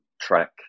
track